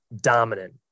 dominant